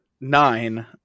nine